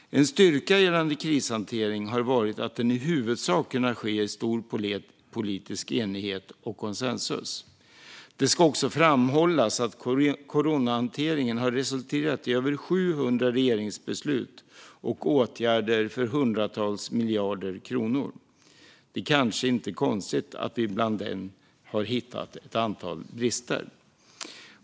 En styrka gällande krishanteringen har varit att den i huvudsak har kunnat ske i stor politisk enighet och konsensus. Det ska också framhållas att coronahanteringen har resulterat i över 700 regeringsbeslut och åtgärder för hundratals miljarder kronor. Det är kanske inte konstigt att vi bland dessa har hittat ett antal brister.